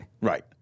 Right